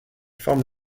forme